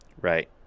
Right